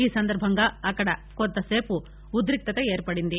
ఈ సందర్బంగా అక్కడ కాద్దిసేపు ఉద్దిక్తత ఏర్పడింది